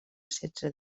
setze